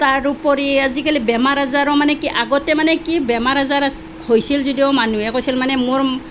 তাৰ উপৰি আজিকালি বেমাৰ আজাৰো মানে কি আগতে মানে কি বেমাৰ আজাৰ হৈছিল যদিও মানুহে কৈছিল মানে মোৰ